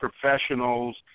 professionals